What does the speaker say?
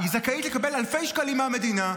היא זכאית לקבל אלפי שקלים מהמדינה,